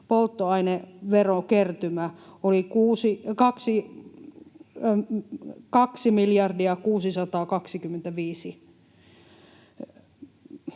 polttoaineverokertymä oli 2,65 miljardia.